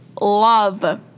Love